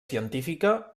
científica